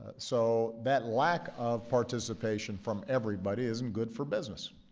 so that lack of participation from everybody isn't good for business.